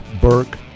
Burke